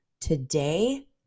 today